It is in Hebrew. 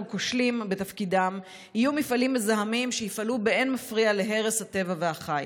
כושלים בתפקידם יהיו מפעלים מזהמים שיפעלו באין מפריע להרס הטבע והחי.